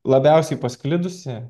labiausiai pasklidusi